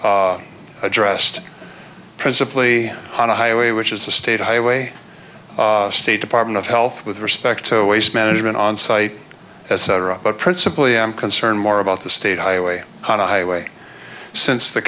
addressed principally on a highway which is the state highway state department of health with respect to waste management on site as cetera but principally i'm concerned more about the state highway highway since the